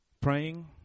Praying